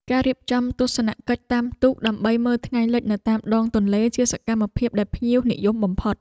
ការរៀបចំទស្សនកិច្ចតាមទូកដើម្បីមើលថ្ងៃលិចនៅតាមដងទន្លេជាសកម្មភាពដែលភ្ញៀវនិយមបំផុត។